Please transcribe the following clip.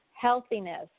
healthiness